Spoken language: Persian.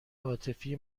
عاطفی